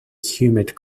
humid